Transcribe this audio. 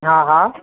हा हा